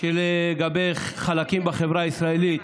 לגבי חלקים בחברה הישראלית,